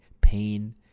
pain